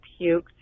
puked